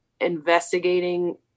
investigating